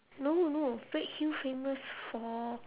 no no redhill famous for